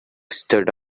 stood